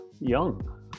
young